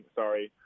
sorry